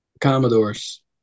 Commodores